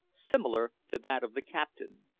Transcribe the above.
similar to that of the captain.